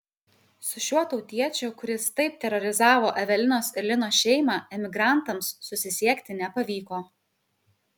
su šiuo tautiečiu kuris taip terorizavo evelinos ir lino šeimą emigrantams susisiekti nepavyko